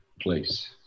place